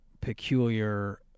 peculiar